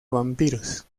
vampiros